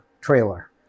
trailer